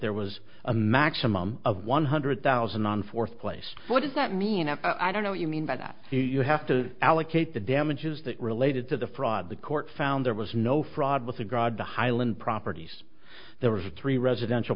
there was a maximum of one hundred thousand and forth place what does that mean and i don't know what you mean by that you have to allocate the damages that related to the fraud the court found there was no fraud with a god the highland properties there were three residential